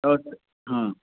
अस्तु